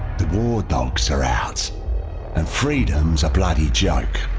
the war dogs are out and freedom's bloody joke.